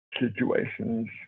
situations